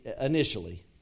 initially